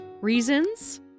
reasons